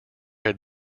had